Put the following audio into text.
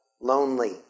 lonely